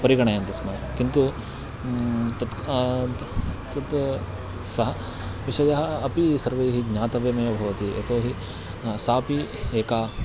परिगणयन्ति स्म किन्तु तत् तत् सः विषयः अपि सर्वैः ज्ञातव्यमेव भवति यतो हि सापि एका